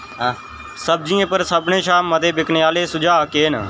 सब्जियें पर सभनें शा मते बिकने आह्ले सुझाऽ केह् न